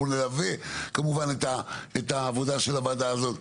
אנחנו נלווה כמובן את העבודה של הוועדה הזאת.